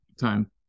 time